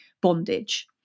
bondage